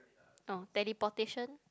oh teleportation